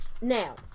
now